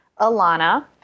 Alana